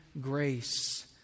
grace